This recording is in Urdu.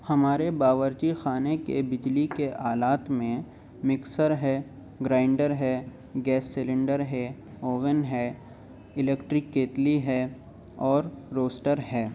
ہمارے باورچی خانے کے بجلی کے آلات میں مکسر ہے گرائنڈر ہے گیس سلنڈر ہے اوون ہے الیکٹرک کیتلی ہے اور روسٹر ہے